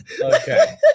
Okay